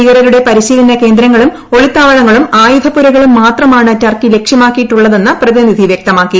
ഭീകരരുടെ പരിശീലന കേന്ദ്രങ്ങളും ഒളിത്താവളങ്ങളും ആയുധ പുരകളും മാത്രമാണ് ടർക്കി ലക്ഷ്യമാക്കിയിട്ടുള്ളതെന്ന് പ്രതിനിധി വ്യക്തമാക്കി